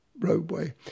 roadway